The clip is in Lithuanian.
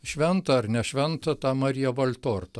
šventa ar nešventa ta marija valtorta